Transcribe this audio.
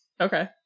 Okay